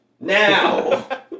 now